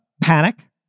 panic